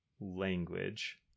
language